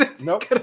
Nope